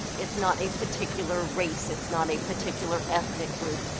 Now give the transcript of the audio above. it's not a particular race. it's not a particular ethnic group.